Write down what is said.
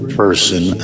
person